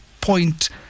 point